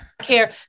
care